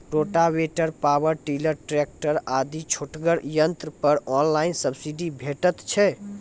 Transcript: Rotavator, power tiller, tractor आदि छोटगर यंत्र पर ऑनलाइन सब्सिडी भेटैत छै?